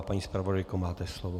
Paní zpravodajko, máte slovo.